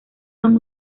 son